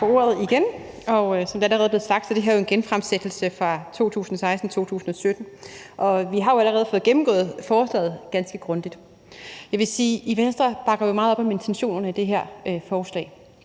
ordet igen. Som det allerede er blevet sagt, er det her en genfremsættelse fra 2016-17, og vi har jo allerede fået gennemgået forslaget ganske grundigt. Jeg vil sige, at i Venstre bakker vi meget op om intentionerne i det her forslag.